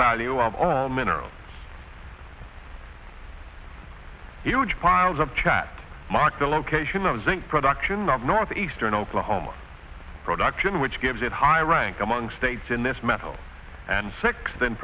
value of all mineral huge piles of chat mark the location of zinc production of northeastern oklahoma production which gives it high rank among states in this metal and six th